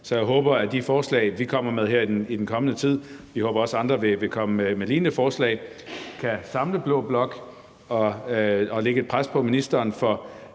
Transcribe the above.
Så jeg håber, at de forslag, vi kommer med her i den kommende tid – og vi håber også, at andre vil komme med lignende forslag – kan samle blå blok og lægge et pres på ministeren for